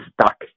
stuck